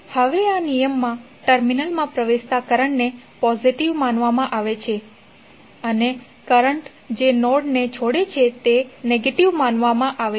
હવે આ નિયમમાં ટર્મિનલ માં પ્રવેશતા કરંટને પોઝિટીવ માનવામાં આવે છે અને કરંટ જે નોડ છોડે છે તે નેગેટીવ માનવામાં આવે છે